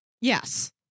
Yes